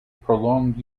prolonged